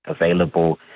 available